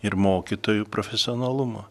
ir mokytojų profesionalumo